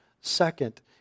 Second